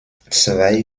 zwei